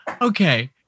Okay